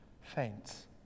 faints